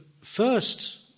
first